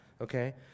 okay